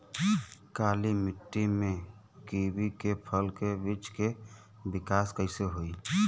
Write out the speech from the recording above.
काली मिट्टी में कीवी के फल के बृछ के विकास कइसे होई?